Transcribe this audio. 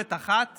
כתובת אחת